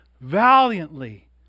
valiantly